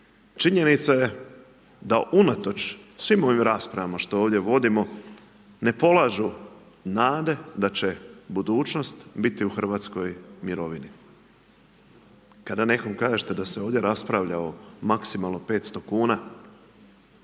Činjenica je da unatoč svim ovim raspravama što ovdje vodimo ne polažu nade da će budućnost biti u Hrvatskoj mirovini. Kada nekom kažete da se ovdje raspravlja o maksimalno 500 kuna,